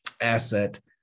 asset